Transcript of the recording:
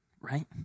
right